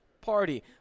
party